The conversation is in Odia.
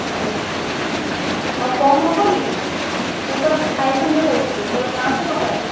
ଆଜ୍ଞା ଆଜ୍ଞା ଆଉ କମ୍ ହେବନି ସେଟା ଫାଇଭ୍ ହଣ୍ଡ୍ରେଡ଼୍ ଅଛି ପା ପାଞ୍ଚଶହ ଟଙ୍କା ଅଛି